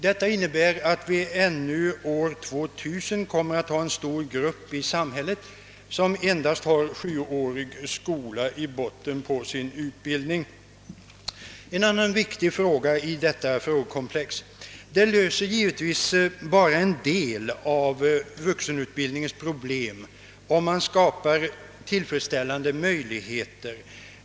Detta innebär att vi ännu år 2000 kommer att ha en stor grupp människor i samhället som endast har sjuårig skola i botten på sin utbildning. Jag vill också behandla en annan vik tig del av detta frågekomplex. Att skapa tillfredsställande möjligheter till vuxenutbildning löser givetvis bara en del av problemet.